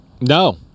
No